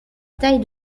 taille